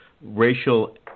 racial